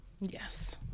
Yes